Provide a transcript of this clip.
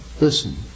Listen